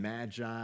magi